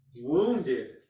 wounded